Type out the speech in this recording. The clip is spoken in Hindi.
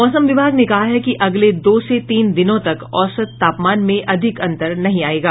मौसम विभाग ने कहा है कि अगले दो से तीन दिनों तक औसत तापमान में अधिक अंतर नहीं आयेगा